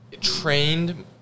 trained